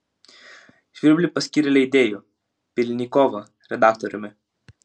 žvirblį paskyrė leidėju pylnikovą redaktoriumi